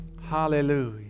Hallelujah